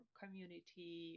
community